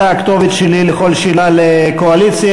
אתה הכתובת שלי לכל שאלה לקואליציה.